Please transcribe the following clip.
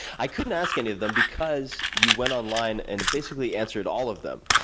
i couldn't ask any of them, because you went online, and basically answered all of them,